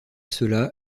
cela